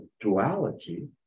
duality